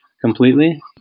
completely